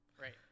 right